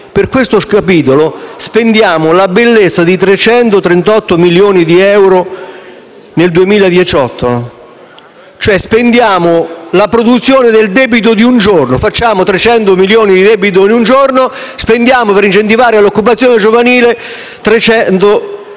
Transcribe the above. Per questo capitolo spendiamo la bellezza di 338 milioni di euro nel 2018, cioè spendiamo la produzione del debito di un giorno. Facciamo 300 milioni di debito in un giorno e spendiamo per incentivare l'occupazione giovanile 338 milioni